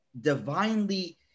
divinely